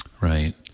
Right